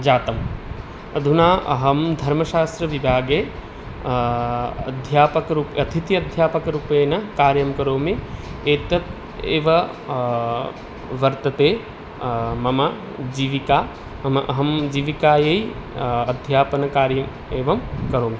जातम् अधुना अहं धर्मशास्त्रविभागे अध्यापकरूप अथिति अध्यापकरूपेण कार्यं करोमि एतत् एव वर्तते मम जीविका मम अहं जीविकायै अध्यापनकार्यम् एवं करोमि